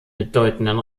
bedeutenden